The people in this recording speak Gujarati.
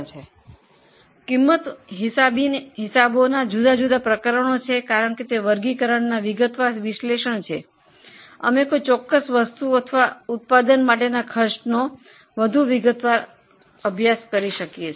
હવે પડતર હિસાબી કરણના જુદા જુદા પ્રકરણો છે કારણ કે વર્ગીકરણનું વિગતવાર વિશ્લેષણ થઈ શકે છે અમે કોઈ પણ વસ્તુ અથવા ઉત્પાદનના ખર્ચનો વધુ વિગતવાર અભ્યાસ કરી શકીએ છીએ